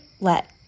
let